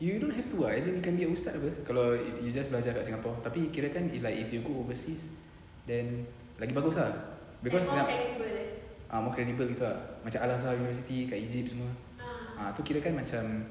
you don't have to what can be ustaz apa kalau you just belajar kat singapore tapi kira kan if you like go overseas then lagi bagus ah cause ah more credible gitu ah macam al azhar university kat egypt semua ah tu kira kan macam